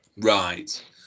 Right